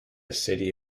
city